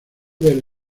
del